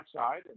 outside